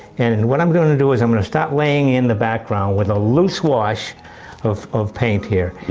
and and what i'm going to do, is i'm going to start laying in the background with a loose wash of of paint here.